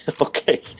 Okay